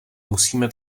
musíme